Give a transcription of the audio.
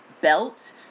belt